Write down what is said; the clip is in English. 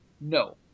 no